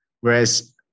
whereas